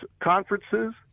conferences